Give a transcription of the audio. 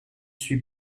suis